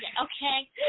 okay